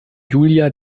julia